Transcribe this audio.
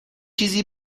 چیزی